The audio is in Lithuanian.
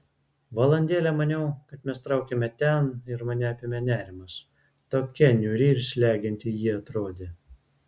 valandėlę maniau kad mes traukiame ten ir mane apėmė nerimas tokia niūri ir slegianti ji atrodė